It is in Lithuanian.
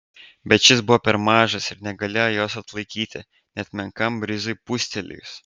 bet šis buvo per mažas ir negalėjo jos atlaikyti net menkam brizui pūstelėjus